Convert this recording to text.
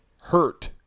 hurt